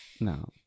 No